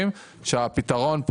הכנסות שכירות הן מול הוצאות שכירות.